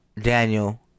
Daniel